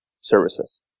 services